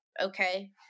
okay